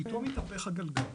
פתאום התהפך הגלגל.